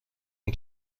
این